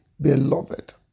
beloved